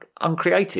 uncreative